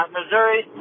Missouri